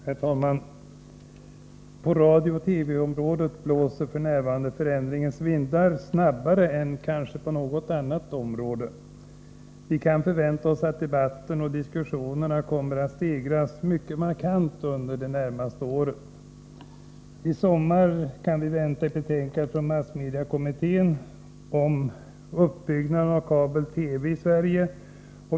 Herr talman! På radiooch TV-området blåser f. n. förändringens vindar snabbare än kanske på något annat område. Vi kan förvänta oss att debatten och diskussionerna kommer att stegras mycket markant under det närmaste året. I sommar kan vi vänta ett betänkande från massmediekommittén om uppbyggnaden av kabel-TV i Sverige.